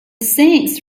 saints